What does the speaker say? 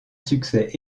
succès